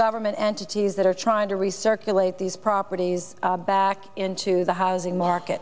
government entities that are trying to research relate these properties back into the housing market